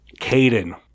Caden